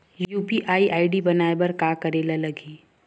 UPI ID बनाये बर का करे ल लगही?